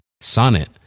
Sonnet